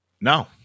No